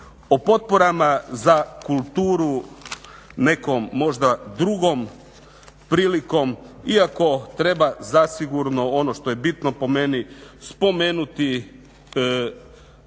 O potporama za kulturu nekom možda drugom prilikom iako treba zasigurno, ono što je bitno po meni spomenuti,